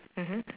mmhmm